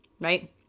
right